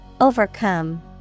Overcome